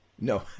no